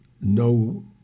no